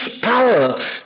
power